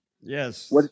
Yes